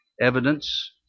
evidence